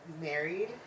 married